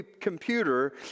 computer